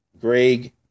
Greg